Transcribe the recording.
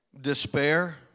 Despair